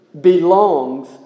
belongs